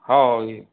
हाओ हाओ ये